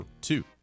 two